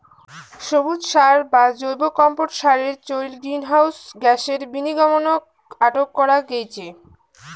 সবুজ সার বা জৈব কম্পোট সারের চইল গ্রীনহাউস গ্যাসের বিনির্গমনক আটক করা গেইচে